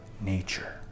nature